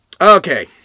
Okay